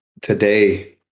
today